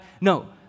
No